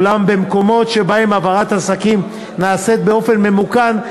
אולם במקומות שבהם העברת השקים נעשית באופן ממוכן,